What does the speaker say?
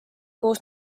koos